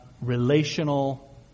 relational